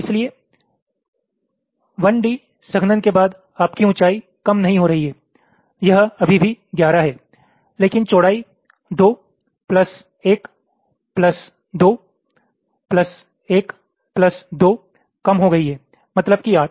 इसलिए 1 D संघनन के बाद आपकी ऊंचाई कम नहीं हो रही है यह अभी भी 11 है लेकिन चौड़ाई 2 प्लस 1 प्लस 2 प्लस 1 प्लस 2 कम हो गई है मतलब कि 8